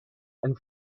and